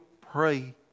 pray